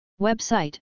Website